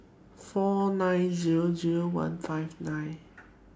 four nine Zero Zero one five nine